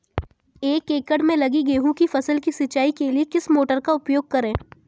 एक एकड़ में लगी गेहूँ की फसल की सिंचाई के लिए किस मोटर का उपयोग करें?